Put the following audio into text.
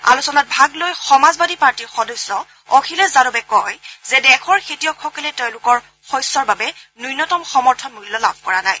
আলোচনাত ভাগ লৈ সমাজবাদী পাৰ্টীৰ সদস্য অখিলেশ যাদৱে কয় যে দেশৰ খেতিয়কসকলে তেওঁলোকৰ শস্যৰ বাবে ন্যনতম সমৰ্থন মূল্য লাভ কৰা নাই